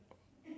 hor